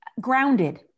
grounded